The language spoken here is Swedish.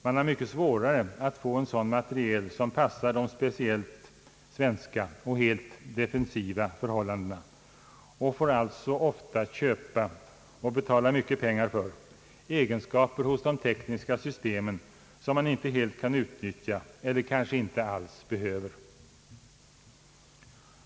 Man har mycket svårare att få sådan materiel som passar för de speciellt svenska och helt defensiva förhållandena och får alltså ofta köpa — och betala mycket pengar för — egenskaper hos de tekniska systemen som man inte helt kan utnyttja eller kanske inte alls behöver.